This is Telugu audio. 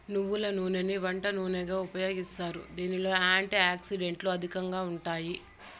నువ్వుల నూనెని వంట నూనెగా ఉపయోగిస్తారు, దీనిలో యాంటీ ఆక్సిడెంట్లు అధికంగా ఉంటాయి